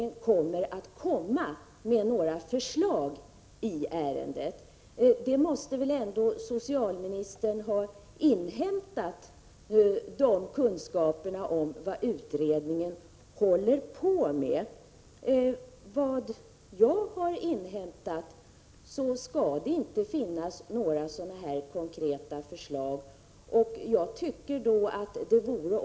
Det vittnar t.ex. den reaktion om som mött försäkringskassans styrelse i Kalmar län i samband med beslutet att lägga ned försäkringskassans lokalkontor i Virserum. Denna åtgärd har mött en kompakt folkstorm. Samtliga politiska partier lokalt har reagerat mycket kraftigt och enigt emot nedläggningen. Ett sådant beslut strider enligt deras uppfattning mot grundfilosofin om likvärdig och rättvis fördelning av samhällets serviceresurser på det sociala området.